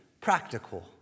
practical